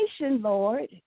Lord